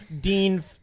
Dean